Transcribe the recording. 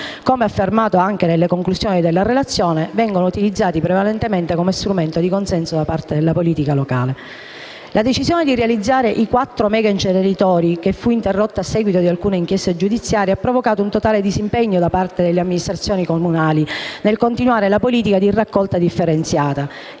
come affermato anche nelle conclusioni della relazione - vengono utilizzati prevalentemente come strumento di consenso da parte della politica locale. La decisione di realizzare i quattro megainceneritori, che fu sospesa a seguito di alcune inchieste giudiziarie, ha provocato un totale disimpegno da parte delle amministrazioni comunali nel continuare la politica di raccolta differenziata,